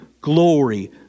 glory